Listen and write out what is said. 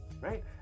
right